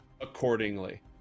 accordingly